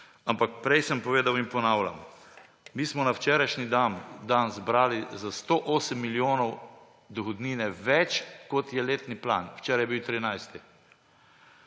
Ampak prej sem povedal in ponavljam, mi smo na včerajšnji dan zbrali za 108 milijonov dohodnine več, kot je letni plan, včeraj je bil 13.